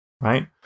right